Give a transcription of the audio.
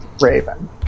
Raven